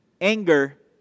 anger